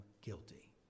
guilty